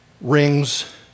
rings